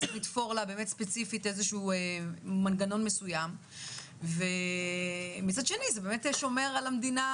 ותופרת מנגנון פיצוי ספציפי וגם שומר על המדינה